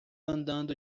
andando